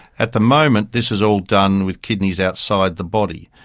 at the moment this is all done with kidneys outside the body,